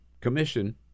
commission